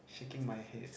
shaking my head